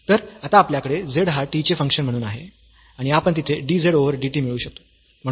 तर आता आपल्याकडे z हा t चे फंक्शन म्हणून आहे आणि आपण तिथे dz ओव्हर dt मिळवू शकतो